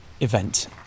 event